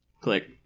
Click